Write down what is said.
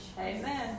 Amen